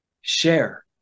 share